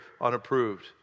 unapproved